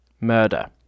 Murder